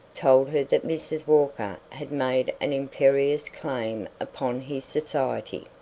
told her that mrs. walker had made an imperious claim upon his society.